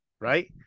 right